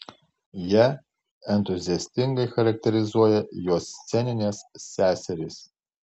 ją entuziastingai charakterizuoja jos sceninės seserys